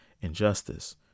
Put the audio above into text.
injustice